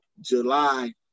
July